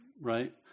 right